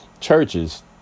churches